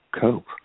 cope